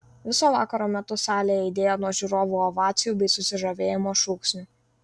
viso vakaro metu salė aidėjo nuo žiūrovų ovacijų bei susižavėjimo šūksnių